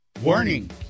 warning